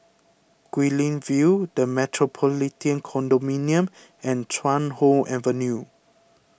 Guilin View the Metropolitan Condominium and Chuan Hoe Avenue